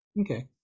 Okay